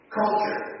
culture